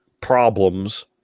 problems